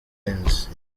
imizi